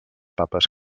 papes